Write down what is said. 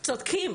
הם צודקים.